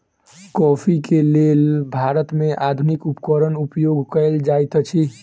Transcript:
coffee के लेल भारत में आधुनिक उपकरण उपयोग कएल जाइत अछि